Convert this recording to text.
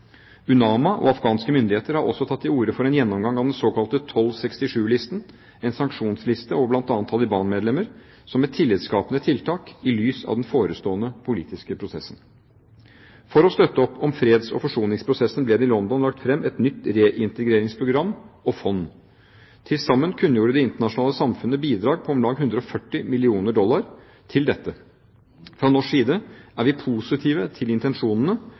UNAMA og afghanske myndigheter har også tatt til orde for en gjennomgang av den såkalte 1267-listen, en sanksjonsliste over bl.a. Taliban-medlemmer, som et tillitskapende tiltak i lys av den forestående politiske prosessen. For å støtte opp om freds- og forsoningsprosessen ble det i London lagt fram et nytt reintegreringsprogram og -fond. Til sammen kunngjorde det internasjonale samfunnet bidrag på om lag 140 mill. dollar – USD – til dette. Fra norsk side er vi positive til intensjonene,